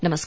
नमस्कार